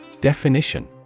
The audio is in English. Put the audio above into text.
Definition